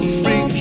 free